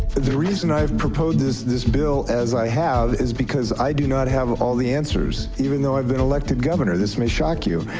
the reason i have proposed this this bill as i have is because i do not have all the answers, even though i've been elected governor. this may shock you.